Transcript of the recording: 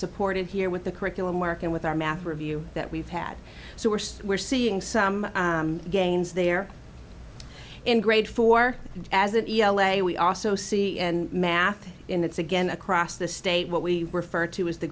supported here with the curriculum mark and with our math review that we've had so we're we're seeing some gains there in grade four as an l a we also see in math in it's again across the state what we refer to as the